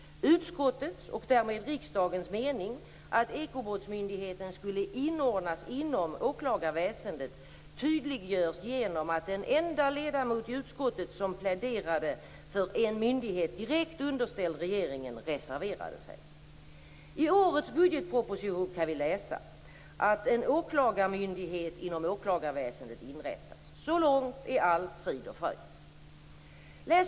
Utskottets, och därmed riksdagens, mening, att Ekobrottsmyndigheten skulle inordnas inom åklagarväsendet, tydliggörs genom att den enda ledamot i utskottet som pläderade för en myndighet direkt underställd regeringen reserverade sig. I årets budgetproposition kan vi läsa att en åklagarmyndighet inom åklagarväsendet inrättas. Så långt är allt frid och fröjd.